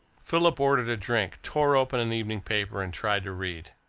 philip ordered a drink, tore open an evening paper, and tried to read.